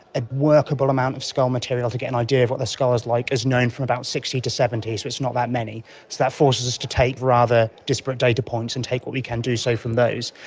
a workable amount of skull material to get an idea of what their skull is like is known from about sixty to seventy, so it's not that many. so that forces us to take rather disparate data points and take what we can do so from those.